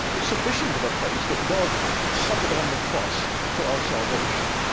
sufficient of a place that god suffered on the cross for our salvation.